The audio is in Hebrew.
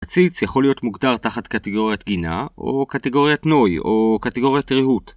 עציץ יכול להיות מוגדר תחת קטגוריית גינה, או קטגוריית נוי, או קטגוריית רהוט